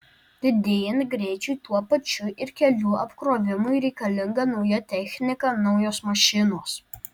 didėjant greičiui tuo pačiu ir kelių apkrovimui reikalinga nauja technika naujos mašinos